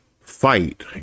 fight